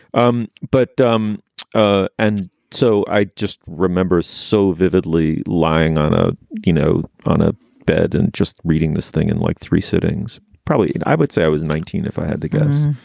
um but. um ah and so i just remember so vividly lying on a you know, on a bed and just reading this thing in like three sittings, probably i would say i was nineteen if i had to guess.